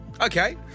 Okay